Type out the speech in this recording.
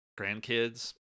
Grandkids